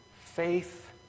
faith